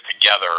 together